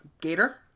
Gator